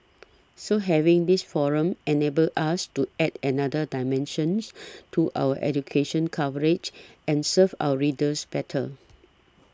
so having this forum enables us to add another dimensions to our education coverage and serve our readers better